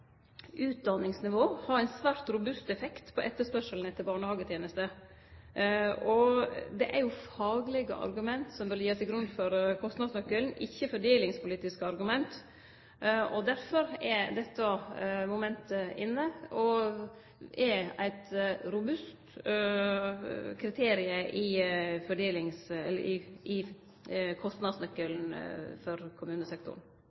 utdanningsnivå har ein svært robust effekt på etterspørselen etter barnehagetenester. Det er faglege argument som bør liggje til grunn for kostnadsnøkkelen, ikkje fordelingspolitiske argument. Derfor er dette momentet inne og er eit robust kriterium i